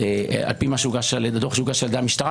בערך שנתיים, לפי דוח שהוגש על-ידי המשטרה.